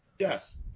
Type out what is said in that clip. Yes